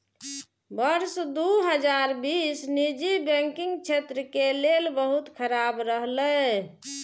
वर्ष दू हजार बीस निजी बैंकिंग क्षेत्र के लेल बहुत खराब रहलै